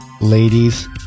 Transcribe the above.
ladies